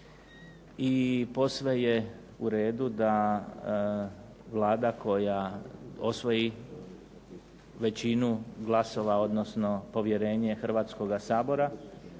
i posve je uredu da Vlada koja osvoji većinu glasova odnosno povjerenje Hrvatskoga sabora